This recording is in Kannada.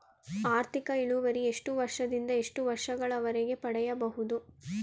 ಆರ್ಥಿಕ ಇಳುವರಿ ಎಷ್ಟು ವರ್ಷ ದಿಂದ ಎಷ್ಟು ವರ್ಷ ಗಳವರೆಗೆ ಪಡೆಯಬಹುದು?